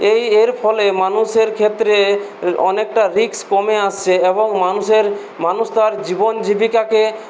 এই এর ফলে মানুষের ক্ষেত্রে অনেকটা রিস্ক কমে আসে এবং মানুষের মানুষ তার জীবন জীবিকাকে